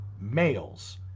males